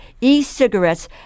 e-cigarettes